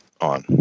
on